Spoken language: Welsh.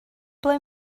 ble